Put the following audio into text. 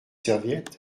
serviettes